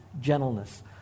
gentleness